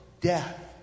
death